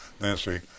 Nancy